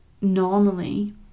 normally